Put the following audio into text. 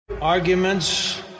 Arguments